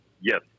Yes